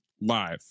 live